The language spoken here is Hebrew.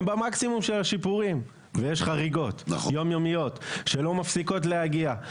הם במקסימום של השיפורים ויש חריגות יומיומיות שלא מפסיקות להגיע.